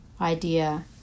idea